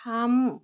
थाम